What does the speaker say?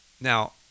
Now